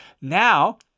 now